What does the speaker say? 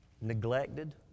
neglected